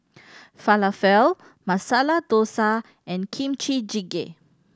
Falafel Masala Dosa and Kimchi Jjigae